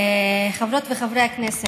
מובן שיש מקום לעזה עכשיו.) חברות וחברי הכנסת,